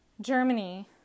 Germany